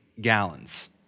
gallons